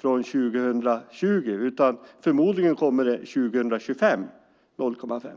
2020 utan menar att det förmodligen kommer att bli 0,5 procent 2025.